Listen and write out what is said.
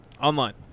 Online